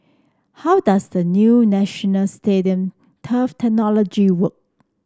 how does the new National Stadium turf technology work